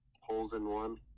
holes-in-one